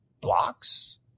blocks